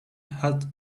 had